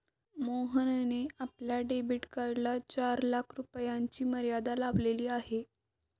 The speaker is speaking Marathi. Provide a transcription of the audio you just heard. मोहनने आपल्या डेबिट कार्डला चार लाख रुपयांची मर्यादा लावलेली आहे